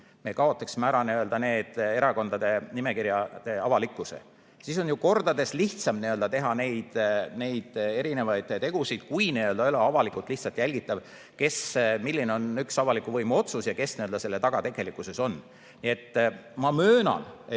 me kaotaksime ära erakondade nimekirjade avalikkuse. Siis on ju kordades lihtsam teha igasuguseid tegusid, kui ei ole avalikult jälgitav, milline on üks avaliku võimu otsus ja kes selle taga tegelikult on. Nii et ma